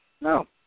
no